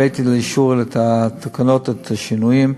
הבאתי לאישור את התקנות, את השינויים.